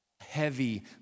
Heavy